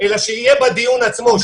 אלא שיהיה בדיון עצמו,